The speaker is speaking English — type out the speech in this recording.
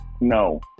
No